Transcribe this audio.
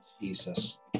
Jesus